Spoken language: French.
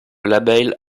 label